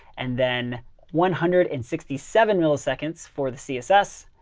and then one hundred and sixty seven milliseconds for the css.